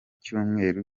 cyumweru